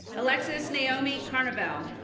alexis naomi carnevale.